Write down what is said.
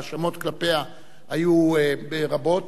וההאשמות כלפיה היו רבות.